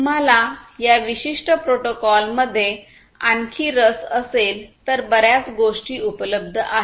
तुम्हाला या विशिष्ट प्रोटोकॉल मध्ये आणखी रस असेल तर बर्याच गोष्टी उपलब्ध आहेत